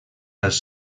als